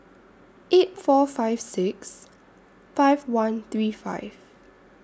eight four five six five one three five